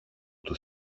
του